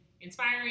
inspiring